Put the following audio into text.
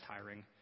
tiring